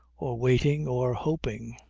or waiting, or hoping.